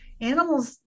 Animals